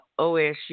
OSU